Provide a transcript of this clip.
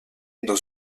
dans